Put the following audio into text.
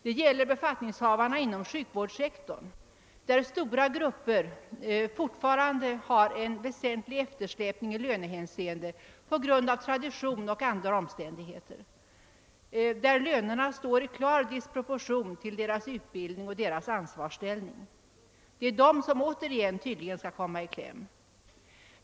Det gäller även befattningshavarna inom sjukvårdssektorn, där stora grupper fortfarande på grund av tradition och andra omständigheter har en väsentlig eftersläpning beträffande lönerna, vilka står i klar disproportion till utbildning och ansvarsställning. Det är de som återigen tydligen skall komma i kläm.